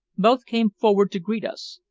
both came forward to greet us,